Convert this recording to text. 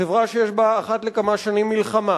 חברה שיש בה אחת לכמה שנים מלחמה,